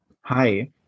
Hi